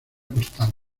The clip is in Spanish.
postal